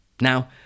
Now